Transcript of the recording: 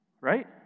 Right